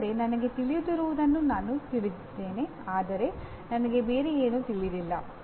ಅಂದರೆ ನನಗೆ ತಿಳಿದಿರುವುದನ್ನು ನಾನು ತಿಳಿದಿದ್ದೇನೆ ಆದರೆ ನನಗೆ ಬೇರೆ ಏನೂ ತಿಳಿದಿಲ್ಲ